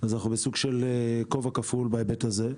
אז אנחנו סוג של כובע כפול בהיבט הזה.